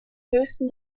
höchsten